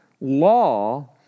law